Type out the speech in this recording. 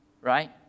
Right